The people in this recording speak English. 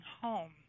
home